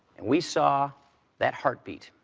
and we saw that heartbeat.